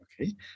Okay